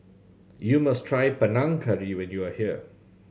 you must try Panang Curry when you are here